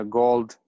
gold